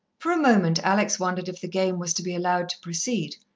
for a moment alex wondered if the game was to be allowed to proceed,